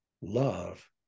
love